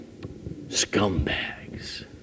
scumbags